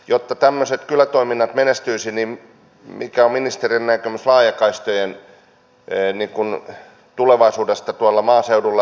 jotta tämmöiset kylätoiminnat menestyisivät niin mikä on ministerin näkemys laajakaistojen tulevaisuudesta tuolla maaseudulla